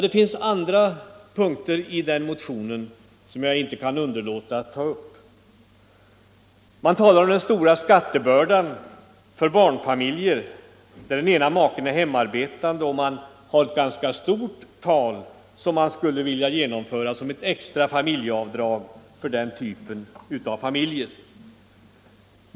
Det finns andra punkter i moderatmotionen som jag inte kan underlåta att ta upp. Man talar om den stora skattebördan för barnfamiljer, där den ena maken är hemarbetande, och man vill använda ett ganska stort belopp som ett extra familjeavdrag för den typen av familjer.